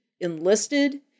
enlisted